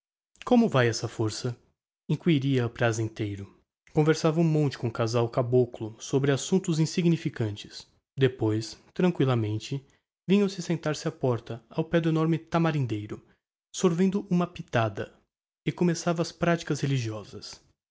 como vae essa força inquiria prazenteiro conversava um momento com o casal caboclo sobre assumptos insignificantes depois tranquilamente vinha sentar-se á porta ao pé do enorme tamarindeiro sorvendo uma pitada e começavam as praticas religiosas